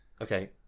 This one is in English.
Okay